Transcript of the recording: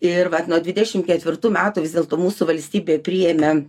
ir vat nuo dvidešim ketvirtų metų vis dėlto mūsų valstybė priėmė